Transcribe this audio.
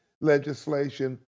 legislation